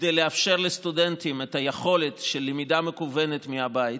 כדי לאפשר לסטודנטים את היכולת של למידה מקוונת מהבית,